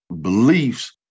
beliefs